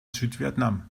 südvietnam